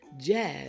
Jazz